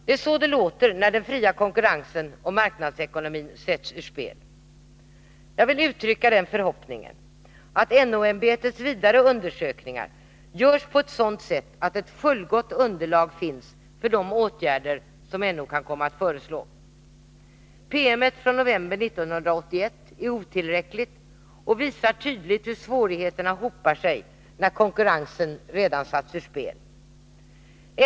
Det är så det låter, när den fria konkurrensen och marknadsekonomin sätts ur spel. Jag vill uttrycka den förhoppningen, att NO-ämbetets vidare undersökningar görs på ett sådant sätt att ett fullgott underlag finns för de åtgärder som NO kan komma att föreslå. Promemorian från november 1981 är otillräcklig och visar tydligt hur svårigheterna hopar sig, när konkurrensen redan satts ur spel.